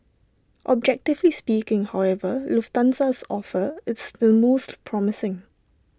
objectively speaking however Lufthansa's offer is the most promising